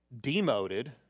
demoted